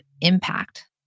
impact